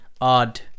odd